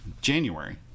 January